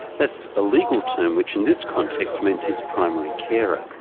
that's a legal term which in this context means his primary carer.